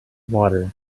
water